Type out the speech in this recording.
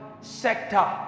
sector